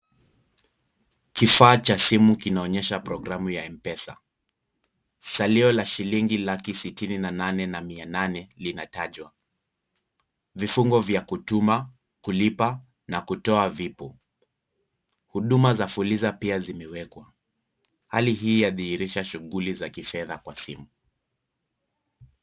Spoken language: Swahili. Kifaa cha simu kinaonyesha programu ya Mpesa, salio la shilingi laki sitini na nane na mia nane linatajwa, vifungo vya kutuma, kulipa, na kutoa vipo, huduma za Fuliza pia zimewekwa, hali hii yadihirisha shuguli za kifedha kwa simu.